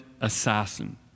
assassin